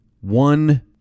One